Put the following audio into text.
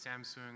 Samsung